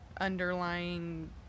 underlying